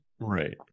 right